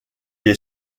est